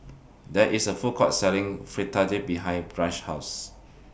There IS A Food Court Selling Fritada behind Branch's House